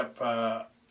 up